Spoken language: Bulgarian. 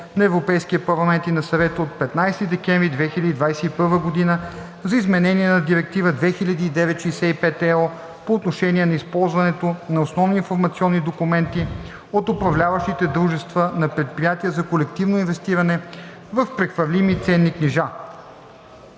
на Европейския парламент и на Съвета от 15 декември 2021 г. за изменение на Директива 2009/65/ЕО по отношение на използването на основни информационни документи от управляващите дружества на предприятия за колективно инвестиране в прехвърлими ценни книжа